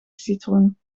citroen